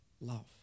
love